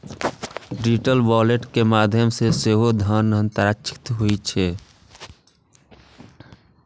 digital wallet के माध्यम सं सेहो धन हस्तांतरित होइ छै